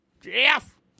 Jeff